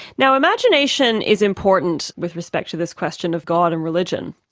now imagination is important with respect to this question of god and religion,